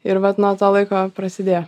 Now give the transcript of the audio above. ir vat nuo to laiko prasidėjo